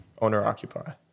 Owner-occupy